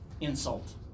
insult